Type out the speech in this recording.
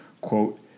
quote